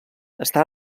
està